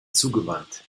zugewandt